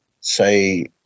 say